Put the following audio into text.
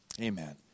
Amen